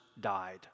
died